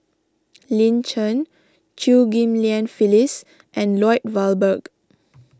Lin Chen Chew Ghim Lian Phyllis and Lloyd Valberg